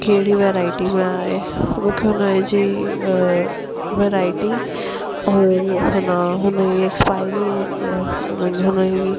कहिड़ी वैराइटी में आहे मूंखे हुन जी वैराइटी ऐं हिन हुन जी एक्सपाइरी हुन जी